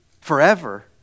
forever